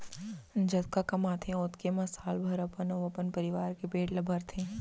जतका कमाथे ओतके म साल भर अपन अउ अपन परवार के पेट ल भरथे